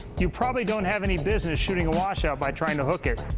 you probably don't have any business shooting a washout by trying to hook it.